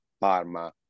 Parma